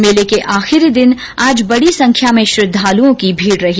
मेले के आखिरी दिन आज बडी संख्या में श्रद्धालुओं की भीड रही